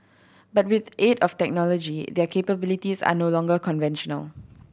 but with aid of technology their capabilities are no longer conventional